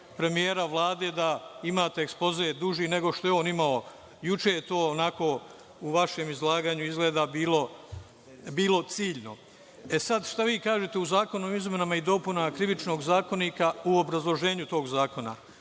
premijera Vlade da imate ekspoze duži nego što je on imao. Juče je to u vašem izlaganju izgleda bilo ciljno.E sad, šta vi kažete u zakonu o izmenama i dopunama Krivičnog zakonika u obrazloženju tog zakona?